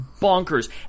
bonkers